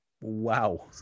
Wow